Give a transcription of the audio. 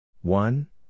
One